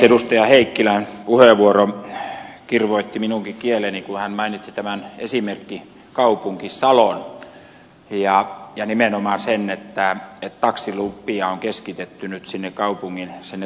edustaja heikkilän puheenvuoro kirvoitti minunkin kieleni kun hän mainitsi tämän esimerkkikaupunki salon ja nimenomaan sen että taksilupia on keskitetty nyt sinne kantakaupungin keskustaan